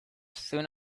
soon